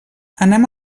anem